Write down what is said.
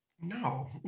No